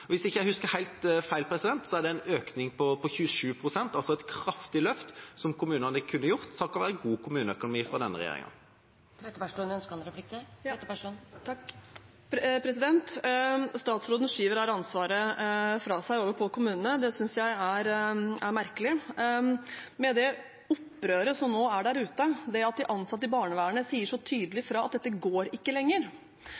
Og hvis jeg ikke husker helt feil, er det en økning på 27 pst., altså et kraftig løft som kommunene har kunnet gjøre, takket være en god kommuneøkonomi fra denne regjeringen. Statsråden skyver her ansvaret fra seg og over på kommunene. Det syns jeg er merkelig, med det opprøret som nå er der ute. Det at de ansatte i barnevernet sier så tydelig